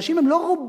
אנשים הם לא רובוטים.